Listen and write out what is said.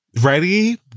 Ready